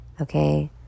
okay